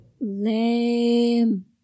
Lame